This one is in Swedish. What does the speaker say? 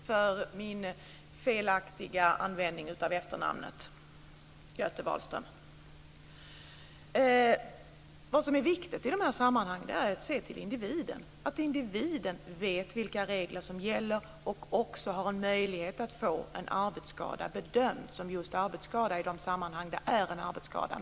Herr talman! Jag ber om ursäkt för min felaktiga användning av efternamnet, Göte Wahlström. Vad som är viktigt i de här sammanhangen är att se till individen, att individen vet vilka regler som gäller och också har en möjlighet att få en arbetsskada bedömd just som arbetsskada i de sammanhang det är en arbetsskada.